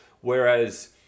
Whereas